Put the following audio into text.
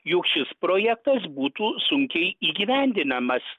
jog šis projektas būtų sunkiai įgyvendinamas